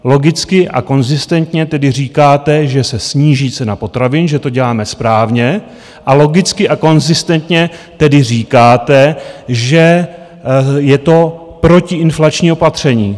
Logicky a konzistentně tedy říkáte, že se sníží cena potravin, že to děláme správně, a logicky a konzistentně tedy říkáte, že je to protiinflační opatření.